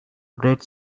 great